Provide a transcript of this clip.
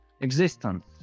existence